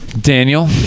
Daniel